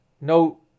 No